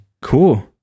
Cool